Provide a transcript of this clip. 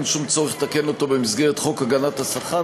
ואין שום צורך לתקן אותו במסגרת חוק הגנת השכר.